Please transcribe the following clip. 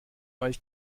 euch